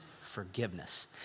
forgiveness